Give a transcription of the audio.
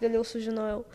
vėliau sužinojau